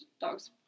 dogs